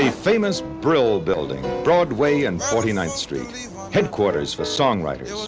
famous brill building, broadway and forty nine street headquarters for songwriters,